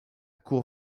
cour